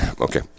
okay